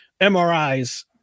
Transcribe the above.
MRIs